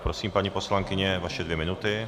Prosím, paní poslankyně, vaše dvě minuty.